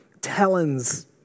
talons